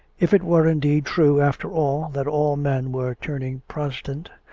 if it were indeed true, after all, that all men were turning protestant,